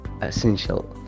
essential